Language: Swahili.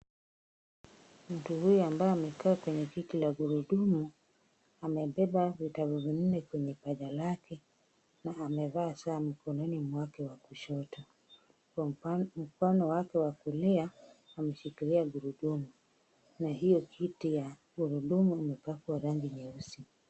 Mtu huyu ambaye amekaa kwenye kiti la gurudumu, amebeba vitabu vinne kwenye paja lake, na amevaa saa mkononi mwake wa kushoto. Kwa upa mkono wake wa kulia umeshikilia gurudumu. Na hiyo kiti ya gurudumu imepakwa rangi nyeusi.